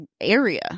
area